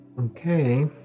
Okay